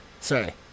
Sorry